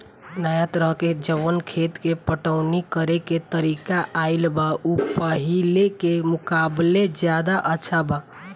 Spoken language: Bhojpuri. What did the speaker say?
नाया तरह के जवन खेत के पटवनी करेके तरीका आईल बा उ पाहिले के मुकाबले ज्यादा अच्छा बा